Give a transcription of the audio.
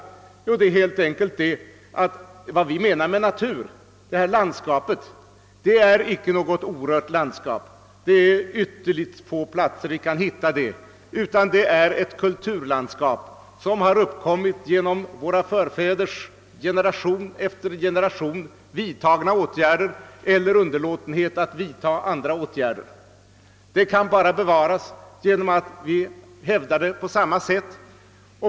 Jo, det är nämligen så, att vad vi menar med natur inte är något orört landskap. Ett sådant är ytterligt svårt att upptäcka någonstans. Vår natur är i stället ett kulturlandskap som bildats och utvecklats genom de åtgärder våra förfäder i generation efter generation har vidtagit eller underlåtit att vidta. Detta landskap kan bara bevaras genom att hävdas på ett likartat sätt.